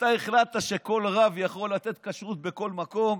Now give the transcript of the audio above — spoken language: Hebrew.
כשאתה החלטת שכל רב יכול לתת כשרות בכל מקום,